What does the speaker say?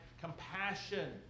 compassion